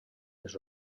les